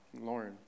Lauren